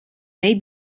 may